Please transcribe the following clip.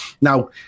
Now